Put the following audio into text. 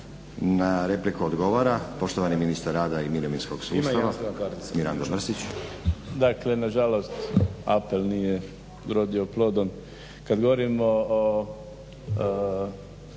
Na repliku odgovora poštovani ministar rada i mirovinskog sustava Mirando Mrsić. **Mrsić, Mirando (SDP)** Dakle nažalost apel nije urodio plodom, kad govorimo o